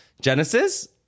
Genesis